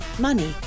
money